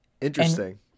Interesting